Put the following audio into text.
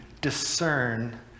discern